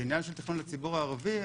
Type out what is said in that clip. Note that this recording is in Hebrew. בעניין התכנון לציבור הערבי,